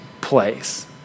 place